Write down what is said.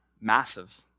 massive